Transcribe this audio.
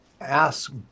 ask